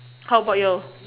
how about your